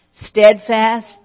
Steadfast